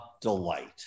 delight